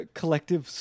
collective